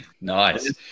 Nice